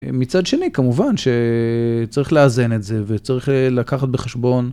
מצד שני כמובן שצריך לאזן את זה וצריך לקחת בחשבון.